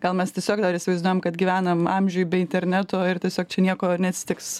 gal mes tiesiog dar įsivaizduojam kad gyvenam amžiuj be interneto ir tiesiog čia nieko neatsitiks